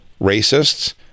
racists